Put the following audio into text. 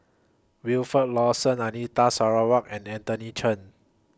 Wilfed Lawson Anita Sarawak and Anthony Chen